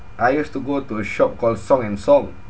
I used to go to a shop called song and song